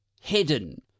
Hidden